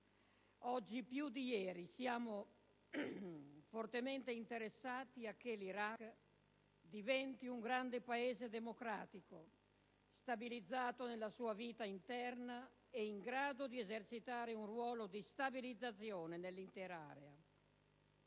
Oggi più di ieri siamo fortemente interessati a che l'Iraq diventi un grande Paese democratico, stabilizzato nella sua vita interna ed in grado di esercitare un ruolo di stabilizzazione dell'intera area.